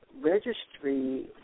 registry